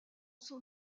son